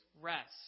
rest